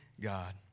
God